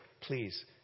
please